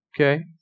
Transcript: okay